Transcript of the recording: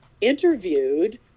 interviewed